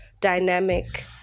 dynamic